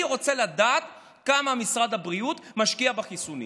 אני רוצה לדעת כמה משרד הבריאות משקיע בחיסונים.